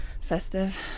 Festive